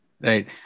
Right